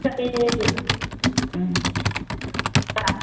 आजिखालि दा